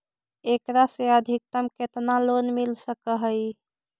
एकरा से अधिकतम केतना लोन मिल सक हइ?